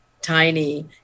tiny